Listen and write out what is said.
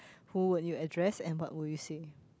who would you address and what will you say